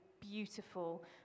beautiful